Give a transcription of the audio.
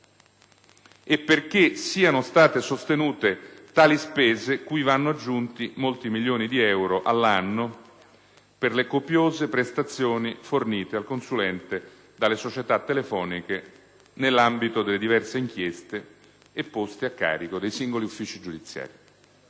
e perché siano state sostenute tali spese (cui vanno aggiunti i molti milioni di euro all'anno per le copiose prestazioni fornite al consulente dalle società telefoniche nell'ambito delle diverse inchieste e poste a carico dei singoli uffici giudiziari).